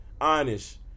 Honest